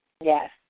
Yes